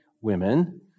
women